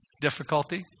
difficulty